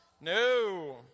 No